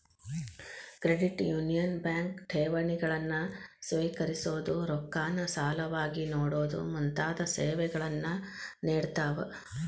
credit union bank ಠೇವಣಿಗಳನ್ನ ಸ್ವೇಕರಿಸೊದು, ರೊಕ್ಕಾನ ಸಾಲವಾಗಿ ನೇಡೊದು ಮುಂತಾದ ಸೇವೆಗಳನ್ನ ನೇಡ್ತಾವ